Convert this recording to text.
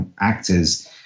actors